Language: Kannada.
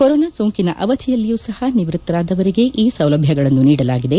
ಕೊರೋನಾ ಸೋಂಕಿನ ಅವಧಿಯಲ್ಲಿಯೂ ಸಹ ನಿವೃತ್ತರಾದವರಿಗೆ ಈ ಸೌಲಭ್ಯಗಳನ್ನು ನೀಡಲಾಗಿದೆ